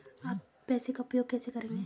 आप पैसे का उपयोग कैसे करेंगे?